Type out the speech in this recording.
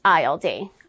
ILD